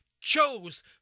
chose